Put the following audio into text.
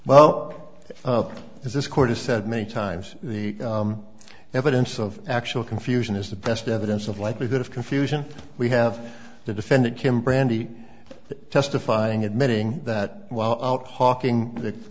there oh is this court has said many times the evidence of actual confusion is the best evidence of likelihood of confusion we have the defendant kim brandy testifying admitting that while out hawking